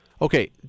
Okay